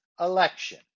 election